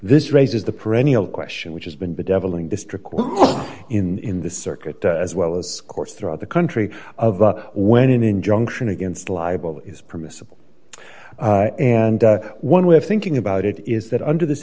this raises the perennial question which has been bedeviling district in the circuit as well as course throughout the country of when an injunction against libel is permissible and one way of thinking about it is that under this